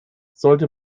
sollte